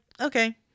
okay